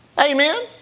Amen